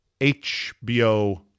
HBO